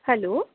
hello